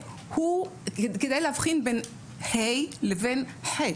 כדי להבחין בין ה' לבין ח',